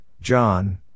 John